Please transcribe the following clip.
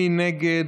מי נגד?